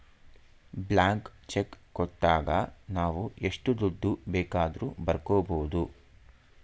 blank cheque ಕೊಟ್ಟಾಗ ನಾವು ಎಷ್ಟು ದುಡ್ಡು ಬೇಕಾದರೂ ಬರ್ಕೊ ಬೋದು